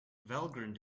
valgrind